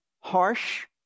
harsh